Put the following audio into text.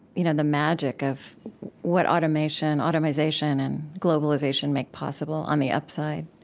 you know the magic of what automation, automization, and globalization make possible, on the upside.